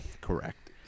Correct